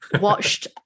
watched